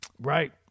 Right